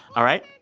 all right?